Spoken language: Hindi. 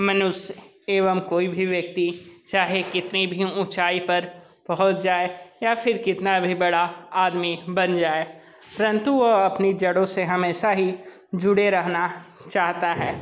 मनुष्य एवं कोई भी व्यक्ति चाहे कितनी भी ऊँचाई पर पहुंच जाए या फिर कितना भी बड़ा आदमी बन जाए परंतु वह अपनी जड़ो से हमेशा ही जुड़ा रहना चाहता है